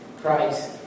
Christ